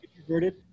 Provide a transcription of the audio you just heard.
introverted